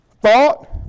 thought